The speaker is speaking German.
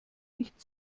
nicht